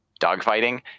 dogfighting